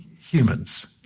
humans